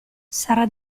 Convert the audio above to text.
sarà